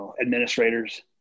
administrators